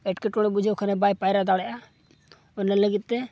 ᱮᱴᱠᱮᱴᱚᱬᱮ ᱵᱩᱡᱷᱟᱹᱣ ᱠᱷᱟᱱᱮ ᱵᱟᱭ ᱯᱟᱭᱨᱟ ᱫᱟᱲᱮᱜᱼᱟ ᱚᱱᱟ ᱞᱟᱹᱜᱤᱫᱛᱮ